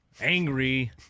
Angry